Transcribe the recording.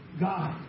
God